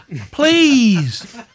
please